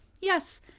Yes